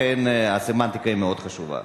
לכן הסמנטיקה היא מאוד חשובה.